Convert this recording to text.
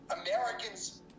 Americans